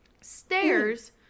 stairs